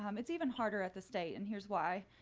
um it's even harder at the state. and here's why.